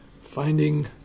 Finding